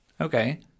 Okay